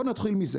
בואו נתחיל מזה.